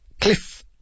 cliff